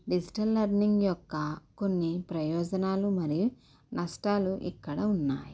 digital learning యొక్క కొన్ని ప్రయోజనాలు మరియు నష్టాలు ఇక్కడ ఉన్నాయి